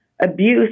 Abuse